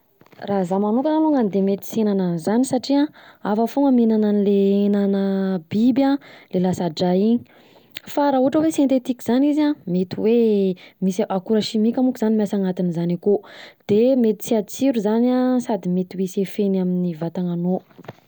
Raha za manokana alongany de mety tsy hihinana an'zany satria, hafa fogna mihinana anle henana biby ilay lasa-dra iny, fa raha ohatra hoe sentetika zany izy an, mety hoe: akora simika monko zany miasa anatin'izany akao, de mety tsy hatsiro zany an sady mety ho hisy efeny amin'ny vatananao.